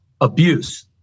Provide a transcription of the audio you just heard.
abuse